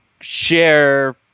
share